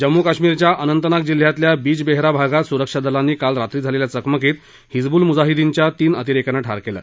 जम्मू कश्मीरच्या अनंतनाग जिल्ह्यातल्या बिजबेहरा भागात सुरक्षा दलांनी काल रात्री झालेल्या चकमकीत हिजबूल मुजाहिदिनच्या तीन अतिरेक्यांना ठार केलं